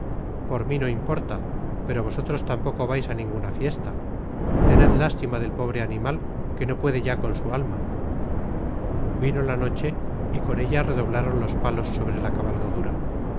por mí no importa pero vosotros tampoco vais a ninguna fiesta tened lástima del pobre animal que no puede ya con su alma vino la noche y con ella redoblaron los palos sobre la cabalgadura